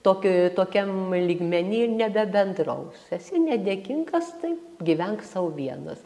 tokio tokiam lygmeny nebebendraus esi nedėkingas tai gyvenk sau vienas